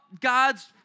God's